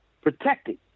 protected